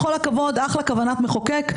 בכל הכבוד אחלה כוונת מחוקק,